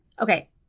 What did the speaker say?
Okay